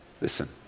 Listen